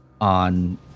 on